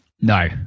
No